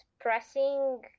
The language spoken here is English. pressing